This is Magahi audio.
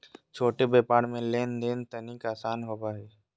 छोट व्यापार मे लेन देन तनिक आसान होवो हय